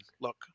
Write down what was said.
look